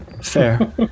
Fair